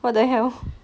what the hell